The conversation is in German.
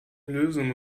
lösung